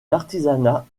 l’artisanat